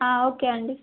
okay అండి